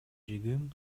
чыгым